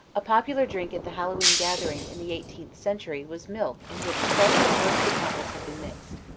a popular drink at the hallowe'en gathering in the eighteenth century was milk in which crushed roasted apples had been mixed.